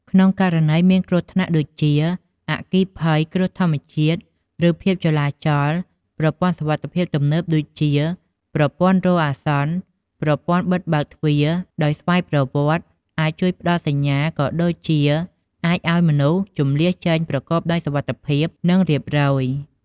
ក្នុងករណីមានគ្រោះថ្នាក់ដូចជា អគ្គិភ័យ គ្រោះធម្មជាតិ ឬភាពចលាចល ប្រព័ន្ធសុវត្ថិភាពទំនើបដូចជាប្រព័ន្ធរោទ៍អាសន្ន ប្រព័ន្ធបិទបើកទ្វារដោយស្វ័យប្រវត្តិ អាចជួយផ្តល់សញ្ញា ក៏ដូចជាអាចឲ្យមនុស្សជម្លៀសចេញប្រកបដោយសុវត្ថិភាព និងរៀបរៀបរយ។